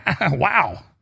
wow